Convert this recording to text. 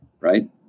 right